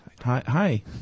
Hi